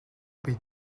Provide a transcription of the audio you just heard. бие